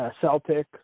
Celtic